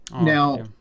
now